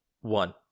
One